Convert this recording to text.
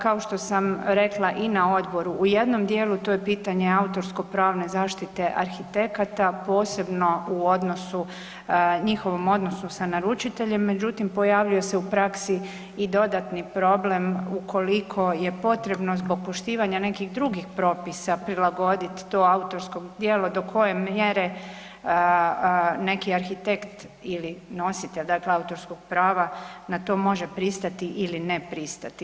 Kao što sam rekla i na odboru, u jednom dijelu to je pitanje autorsko-pravne zaštite arhitekata, posebno u odnosu, njihovom odnosu sa naručiteljem, međutim, pojavljuje se u praksi i dodatni problem ukoliko je potrebno, zbog poštivanja nekih drugih propisa prilagoditi to autorsko djelo, do koje mjere neki arhitekt ili nositelj, dakle autorskog prava na to može pristati ili ne pristati.